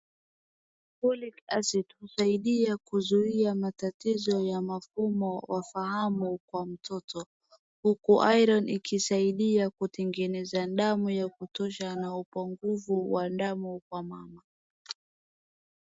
Folic acid husaidia kuzuia matatizo ya mafumo wafahamu kwa mtoto, huku Iron ikisaidia kutengeneza damu ya kutosha na upungufu wa damu kwa mama.